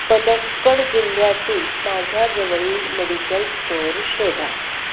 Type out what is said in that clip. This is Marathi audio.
पलक्कड जिल्ह्यातील माझ्या जवळील मेडिकल स्टोअर शोधा